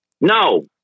No